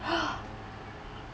!huh!